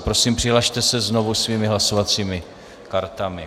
Prosím, přihlaste se znovu svými hlasovacími kartami.